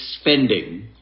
spending